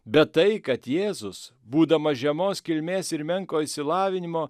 bet tai kad jėzus būdamas žemos kilmės ir menko išsilavinimo